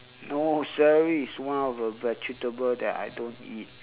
no celery is one of a vegetable that I don't eat